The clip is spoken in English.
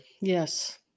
Yes